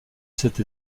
cette